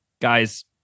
guys